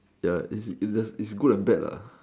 ya it's it's just it's good and bad lah